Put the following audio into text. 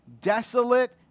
desolate